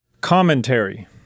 Commentary